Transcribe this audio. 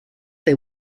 they